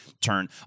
turn